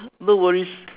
no worries